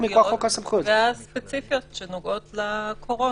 מיוחדות, שנוגעות לקורונה.